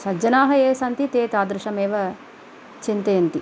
सज्जनाः ये सन्ति ते तादृशमेव चिन्तयन्ति